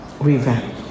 revamp